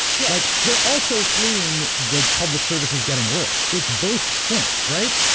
yeah like they're also fleeing the public services getting worse. it's both things, right?